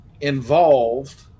involved